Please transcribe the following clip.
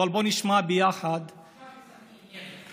אבל בואו נשמע ביחד, עכשיו בסח'נין ירי.